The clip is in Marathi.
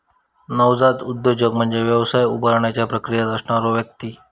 नवजात उद्योजक म्हणजे व्यवसाय उभारण्याच्या प्रक्रियेत असणारो व्यक्ती